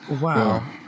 Wow